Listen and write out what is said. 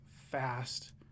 fast